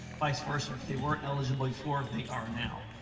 vice versa, if they weren't eligible before they are now.